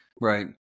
Right